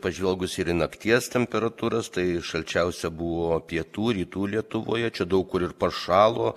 pažvelgus į nakties temperatūras tai šalčiausia buvo pietų rytų lietuvoje čia daug kur ir pašalo